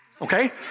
Okay